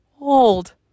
old